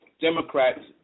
Democrats